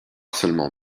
seulement